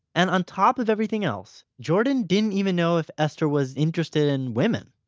and, on top of everything else, jordan didn't even know if esther was interested in women.